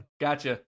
Gotcha